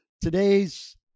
Today's